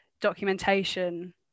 documentation